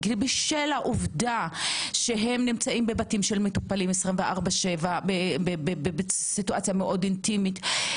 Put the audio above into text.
בשל העובדה שהם נמצאים בבתים של מטופלים 24/7 במצב מאוד אינטימי.